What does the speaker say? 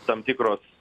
tam tikros